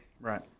Right